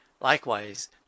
Likewise